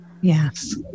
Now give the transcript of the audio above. Yes